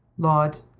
laud,